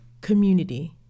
community